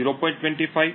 25 0